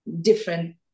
different